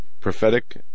prophetic